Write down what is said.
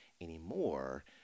anymore